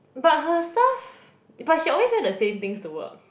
but her stuff but she always wear the same things to work